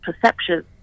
perceptions